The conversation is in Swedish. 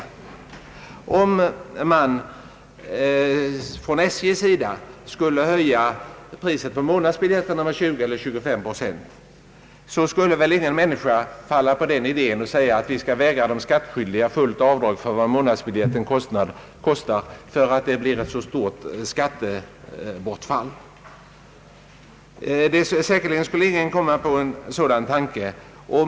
Jag tror inte att man bör se alltför mycket på skattebortfallet. Om SJ skulle höja priset på månadsbiljetter med 20 eller 25 procent skulle väl ingen falla på den idén att säga att vi skall vägra de skattskyldiga som åker tåg till och från arbetet fullt avdrag för vad månadsbiljetten kostar därför att det skulle betyda ett så stort skattebortfall.